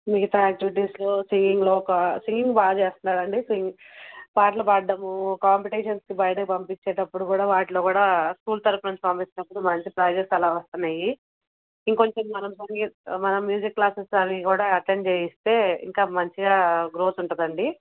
మిగతా యాక్టివిటీస్లో సింగింగ్లో ఒక సింగింగ్ బాగ చేస్తున్నాడు అండి సింగ్ పాటలు పాడడం కాంపిటీషన్స్కి బయటికి పంపించేటప్పుడు కూడా వాటిలో కూడా స్కూల్ తరపు నుంచి పంపించినప్పుడు మంచి ప్రైజెస్ అలా వస్తున్నాయి ఇంకొంచెం మనం మనం మ్యూజిక్ క్లాసెస్ అవి కూడా అటెంప్ట్ చేస్తే ఇంకా మంచిగా గ్రోత్ ఉంటుంది అండి